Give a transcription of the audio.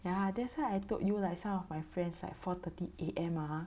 ya that's why I told you like some of my friends like four thirty A_M ah